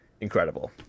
incredible